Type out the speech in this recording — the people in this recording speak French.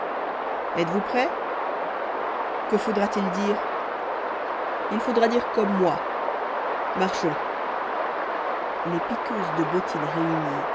êtes-vous prêts que faudra-t-il dire il faudra dire comme moi marchons les piqueuses de bottines réunies